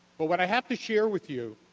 but what i have to share with you